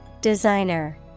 Designer